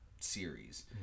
series